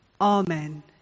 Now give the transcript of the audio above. Amen